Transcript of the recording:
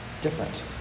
different